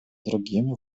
другими